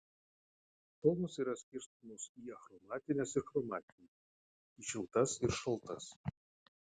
spalvos yra skirstomos į achromatines ir chromatines į šiltas ir šaltas